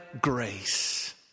grace